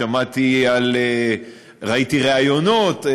ראיתי ראיונות,